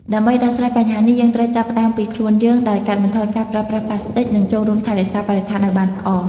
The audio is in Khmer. ដើម្បីដោះស្រាយបញ្ហានេះ យើងត្រូវចាប់ផ្តើមពីខ្លួនយើង ដោយកាត់បន្ថយការប្រើប្រាស់ប្លាស្ទិក និងចូលរួមថែរក្សាបរិស្ថានឱ្យបានល្អ។